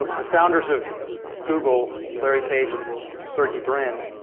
the founders of of google, larry page and sergey brin,